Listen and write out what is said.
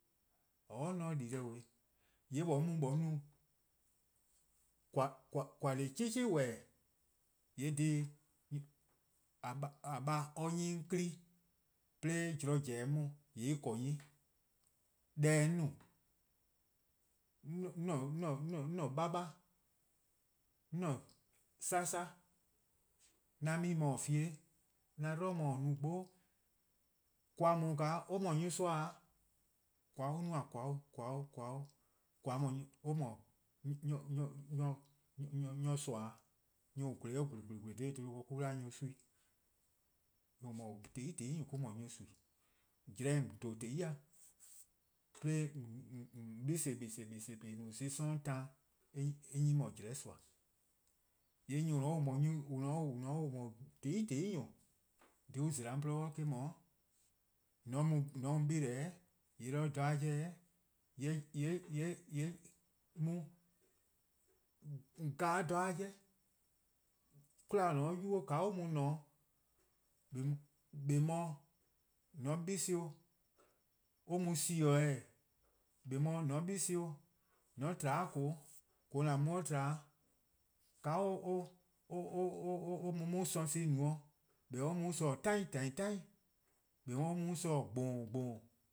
:Oror' mor 'on di deh-deh: 'nyi 'on mu 'on :koan: deh+ 'chih 'chih :wehbeh: :yee deh :eh :korn-a dhih :a :baa' 'nyi 'on 'kpa+ 'de zorn :zen-dih-a :yee' eh :korn 'nyne. Deh :se 'on no 'on :ne 'baba', 'on :ne 'sasa', 'an 'me mor se-' 'fean, 'an 'dlu mor-' no 'gbo 'gbo, :koan: :daa or :mor nyorsoa 'o, :koan: an no-a :koan: 'o :koan: 'o, :koan: :mor nyorsoa 'o, nyor+ :on :gwle-a 'o :gwle :gwle :gwle :gwle dha 'bluhba ken :mor-: an 'da-dih nyorsoa, :tehn 'i :tehn 'i :nyor+ mo-: an 'da-dih nyorsoa, 'jlehn :on dhen :zi' 'de :on 'behleh: 'behleh 'behleh :on no zon+ 'sororn' 'taan :yee' eh :mor jlehn :soa' 'o. eh 'nyne :mor 'jlehn :soa, :yee' nyor+: on no :tehn :tehn nyor+ dhih on zela 'on :gwluhuh' eh 'da, :mor :an mu 'beleh :yee' 'do dha-a 'jeh, :yee' mu gan 'o dha-a 'jeh. 'kwla :on :ne-a 'ye or :ka or mu-a ne-:, :eh 'beh :mor :on 'beleh 'de or, or mu :sin-:,:eh 'beh :mor :on 'beleh or :koo: :an mu-a 'o tba-' :ka or :ka or mu-a on sorn-a no-', :eh 'beh or mu :sorn 'tain 'tain 'tain, :eh 'beh or mu-' :sorn :gbuun: :gbuun: